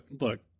Look